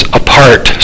apart